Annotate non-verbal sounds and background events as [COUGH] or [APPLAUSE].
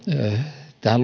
tähän [UNINTELLIGIBLE]